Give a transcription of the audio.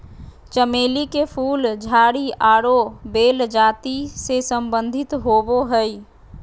चमेली के फूल झाड़ी आरो बेल जाति से संबंधित होबो हइ